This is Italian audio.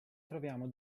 troviamo